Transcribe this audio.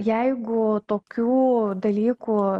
jeigu tokių dalykų